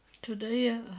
Today